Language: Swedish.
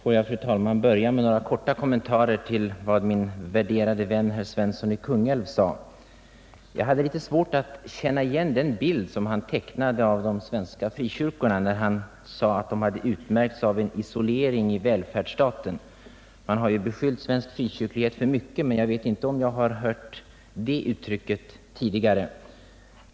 Fru talman! Jag vill börja med några korta kommentarer till vad min värderade vän herr Svensson i Kungälv sade. Jag hade svårt att känna igen den bild som han tecknade av de svenska frikyrkorna när han sade att de hade utmärkts av isolering i välfärdsstaten. Man har ju beskyllt svensk frikyrklighet för mycket, men jag vet mig inte ha hört det uttrycket tidigare.